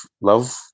love